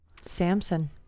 Samson